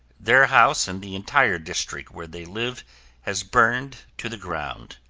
their house and the entire district where they live has burned to the ground.